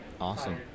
Awesome